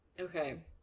okay